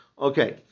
Okay